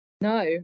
No